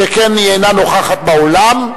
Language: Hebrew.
שכן היא אינה נוכחת באולם.